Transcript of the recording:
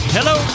Hello